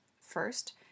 First